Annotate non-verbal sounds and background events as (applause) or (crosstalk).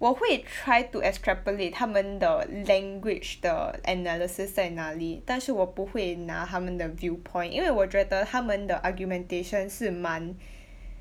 我会 try to extrapolate 他们的 language 的 analysis 在哪里但是我不会拿他们的 viewpoint 因为我觉得他们的 argumentation 是蛮 (breath)